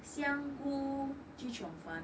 香菇 chee cheong fun